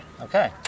okay